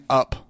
up